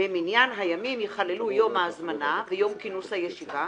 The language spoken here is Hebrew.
(במניין הימים ייכללו יום ההזמנה ויום כינוס הישיבה,